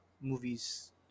movies